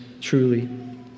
truly